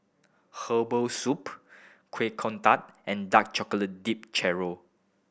herbal soup Kuih Kodok and dark chocolate dipped churro